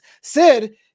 Sid